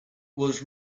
was